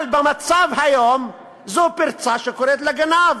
אבל במצב היום זו פרצה שקוראת לגנב.